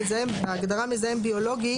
ההוראות המאומצות גוברות,